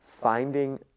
finding